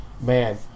Man